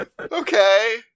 okay